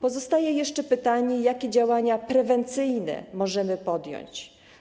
Pozostaje jeszcze pytanie, jakie działania prewencyjne możemy podjąć.